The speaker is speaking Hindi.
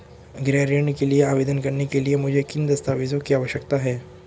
गृह ऋण के लिए आवेदन करने के लिए मुझे किन दस्तावेज़ों की आवश्यकता है?